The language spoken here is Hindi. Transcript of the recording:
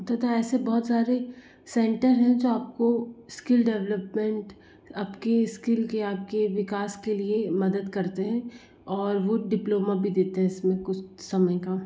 तथा ऐसे बहुत सारे सेंटर हैं जो आपको स्किल डेवलोप्मेन्ट आपकी स्किल आपके विकास के लिए मदद करते है और वह डिप्लोमा भी देते हैं इसमें कुछ समय का